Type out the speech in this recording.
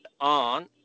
on